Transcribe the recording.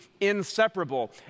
inseparable